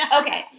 Okay